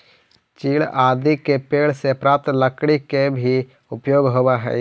चीड़ आदि के पेड़ से प्राप्त लकड़ी के भी उपयोग होवऽ हई